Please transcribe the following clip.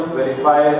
verify